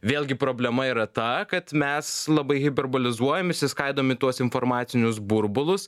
vėlgi problema yra ta kad mes labai hiperbolizuojam suskaidom į tuos informacinius burbulus